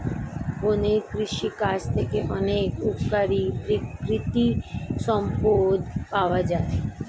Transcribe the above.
বনের কৃষিকাজ থেকে অনেক উপকারী প্রাকৃতিক সম্পদ পাওয়া যায়